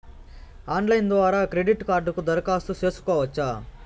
Online ద్వారా credit కార్డుకు దరఖాస్తు సేసుకోవచ్చా?